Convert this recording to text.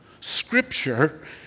scripture